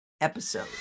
episode